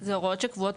אלה הוראות שקבועות